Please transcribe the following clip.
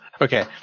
Okay